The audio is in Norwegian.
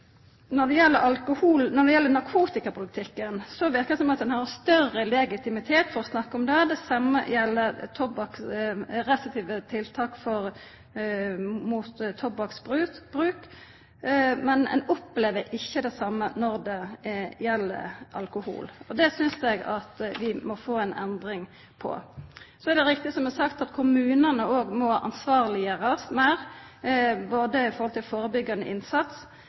Når det gjeld narkotikapolitikken, verkar det som om det er større legitimitet for å snakka om det, det same gjeld restriktive tiltak mot tobakksbruk. Ein opplever ikkje det same når det gjeld alkohol. Det synest eg at vi må få ei endring på. Og det er riktig, som det er sagt, at ein må ansvarleggjera kommunane meir i forhold til førebyggjande innsats.